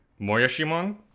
Moyashimon